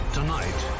Tonight